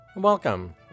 Welcome